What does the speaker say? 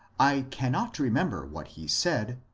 i can not remember what he said,